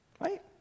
Right